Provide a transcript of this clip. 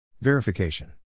Verification